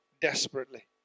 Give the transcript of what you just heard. desperately